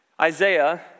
Isaiah